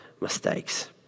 mistakes